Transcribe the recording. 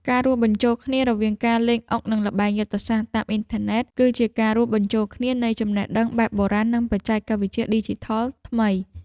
ការរួមបញ្ចូលគ្នារវាងការលេងអុកនិងល្បែងយុទ្ធសាស្ត្រតាមអ៊ីនធឺណិតគឺជាការរួមបញ្ចូលគ្នានៃចំណេះដឹងបែបបុរាណនិងបច្ចេកវិទ្យាឌីជីថលថ្មី។